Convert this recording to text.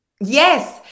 Yes